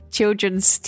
children's